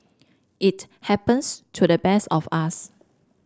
it happens to the best of us